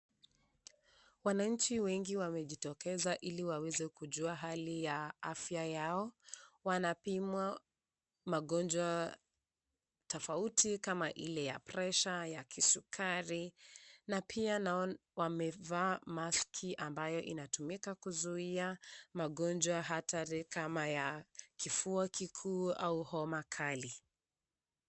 Wananchi wengi wamejitokeza ili waweze kujua hali ya afya yao. Wanapimwa magonjwa tofauti kama ile ya presha, ya kisukari na pia naona wamevaa maski ambayo inatumika kuzuia magonjwa hatari kama ya kifua kikuu au homa kali.